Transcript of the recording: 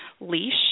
leash